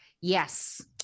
Yes